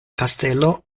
kastelo